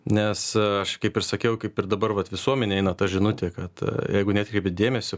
nes aš kaip ir sakiau kaip ir dabar vat visuomenėj eina ta žinutė kad jeigu neatkreipėt dėmesio